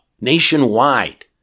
nationwide